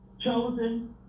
chosen